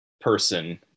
person